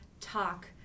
talk